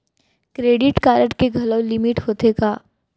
Credit card के घलव limit होथे का?